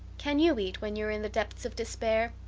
can you eat when you are in the depths of despair?